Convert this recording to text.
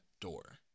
door